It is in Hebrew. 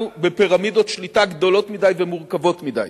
בפירמידות שליטה גדולות מדי ומורכבות מדי,